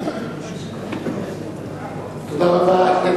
תודה רבה.